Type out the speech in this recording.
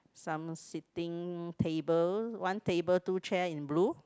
some seating table one table two chair in blue